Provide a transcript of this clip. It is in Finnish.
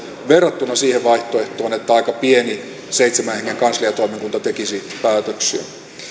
verrattuna siihen vaihtoehtoon että aika pieni seitsemän hengen kansliatoimikunta tekisi päätöksiä